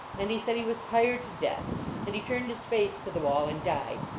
and he said he was tired to death and he turned his face to the wall and died.